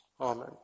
Amen